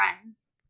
friends